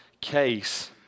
case